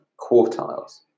quartiles